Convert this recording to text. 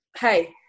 Hey